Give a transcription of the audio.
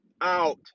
out